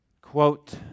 quote